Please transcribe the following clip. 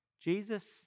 Jesus